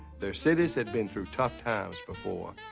their cities has been through tough times before,